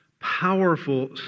powerful